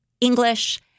English